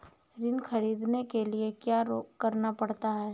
ऋण ख़रीदने के लिए क्या करना पड़ता है?